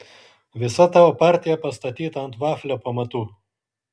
visa tavo partija pastatyta ant vaflio pamatų